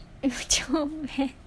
comel